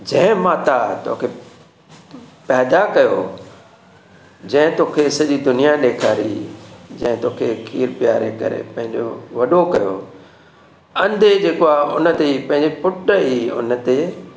जंहिं माता तोखे पैदा कयो जंहिं तोखे सॼी दुनिया ॾेखारी जंहिं तोखे कीअं प्यार करे पंहिंजो वॾो कयो अंधे जेको आहे हुन ते ई पंहिंजे पुट ई हुन ते